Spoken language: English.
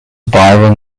byron